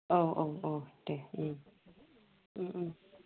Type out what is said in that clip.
औ औ अ दे